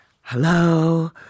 hello